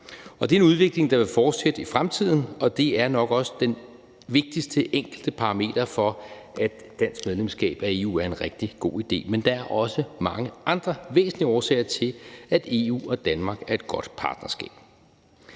det er en udvikling, der vil fortsætte i fremtiden, og det er nok også den vigtigste enkeltparameter for, at dansk medlemskab af EU er en rigtig god idé. Men der er også mange andre væsentlige årsager til, at EU og Danmark er et godt partnerskab.